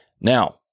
Now